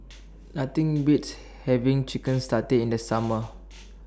Nothing Beats having Chicken Satay in The Summer